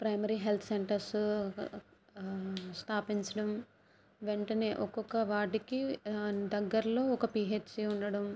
primary health centres స్థాపించడం వెంటనే ఒక్కొక్క వార్డుకి దగ్గరలో ఒక పిహెచ్సి ఉండడం